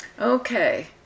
Okay